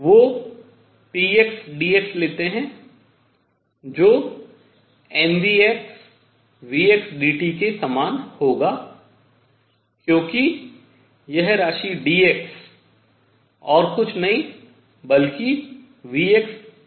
वो pxdx लेते हैं जो mvxvx dt के समान होगा क्योंकि यह राशि dx और कुछ नहीं बल्कि v x dt है